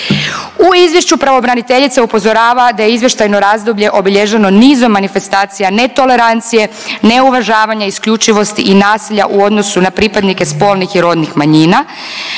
U izvješću pravobraniteljica upozorava da je izvještajno razdoblje obilježeno nizom manifestacija netolerancije, neuvažavanja, isključivost i nasilja u odnosu na pripadnike spolnih i radnih manjina.